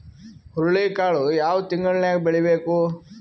ಹುರುಳಿಕಾಳು ಯಾವ ತಿಂಗಳು ನ್ಯಾಗ್ ಬೆಳಿಬೇಕು?